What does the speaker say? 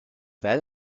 that